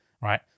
Right